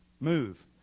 Move